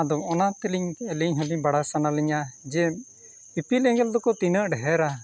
ᱟᱫᱚ ᱚᱱᱟ ᱛᱮᱞᱤᱧ ᱟᱹᱞᱤᱧ ᱦᱚᱸᱞᱤᱧ ᱵᱟᱲᱟᱭ ᱥᱟᱱᱟ ᱞᱤᱧᱟ ᱡᱮ ᱤᱯᱤᱞ ᱮᱸᱜᱮᱞ ᱫᱚᱠᱚ ᱛᱤᱱᱟᱹᱜ ᱰᱷᱮᱨᱼᱟ